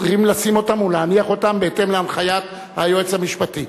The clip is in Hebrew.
צריכים לשים אותם ולהניח אותם בהתאם להנחיית היועץ המשפטי.